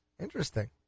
Interesting